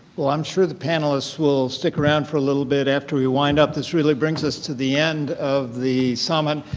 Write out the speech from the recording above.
well, i'm sure the panelists will stick around for a little bit after we wind up. this really brings us to the end of the summit.